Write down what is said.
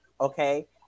okay